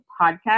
podcast